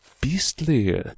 beastly